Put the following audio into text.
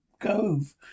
gove